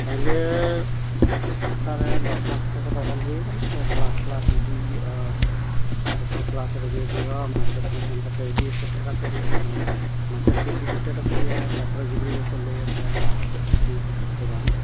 ᱛᱟᱦᱚᱞᱮᱻ ᱠᱷᱟᱛᱟᱨᱮ ᱫᱚᱨᱠᱟᱥᱛᱚ ᱠᱚᱫᱚ ᱚᱞ ᱦᱩᱭ ᱠᱟᱱᱟ ᱛᱚ ᱠᱞᱟᱥ ᱠᱞᱟᱥ ᱤᱫᱤ ᱦᱩᱭᱩᱜᱼᱟ ᱡᱷᱚᱛᱚ ᱠᱞᱟᱥ ᱨᱮᱜᱮ ᱮᱫᱤ ᱦᱩᱭᱩᱜᱼᱟ ᱢᱟᱪᱮᱫ ᱠᱚ ᱥᱮᱱ ᱠᱟᱛᱮ ᱤᱫᱤ ᱥᱮᱴᱮᱨ ᱟᱠᱚ ᱦᱩᱭᱩᱜᱼᱟ ᱦᱚᱭ ᱢᱟᱪᱮᱫ ᱠᱚ ᱤᱫᱤ ᱥᱮᱴᱮᱨ ᱟᱠᱚ ᱦᱩᱭᱩᱜᱼᱟ ᱛᱟᱯᱚᱨᱮ ᱜᱤᱫᱽᱨᱟᱹ ᱠᱚ ᱞᱟᱹᱭᱟᱠᱚᱭᱟ ᱛᱤᱥ ᱠᱚᱛᱮ ᱪᱷᱩᱴᱤ ᱛᱤᱥ ᱠᱚᱛᱮ ᱵᱟᱝ